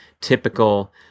typical